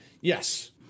Yes